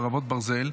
חרבות ברזל)